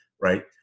right